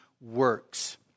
works